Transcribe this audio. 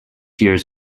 years